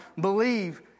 believe